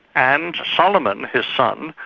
and solomon, his son,